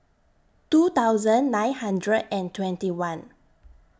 two thousand nine hundred and twenty one